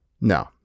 No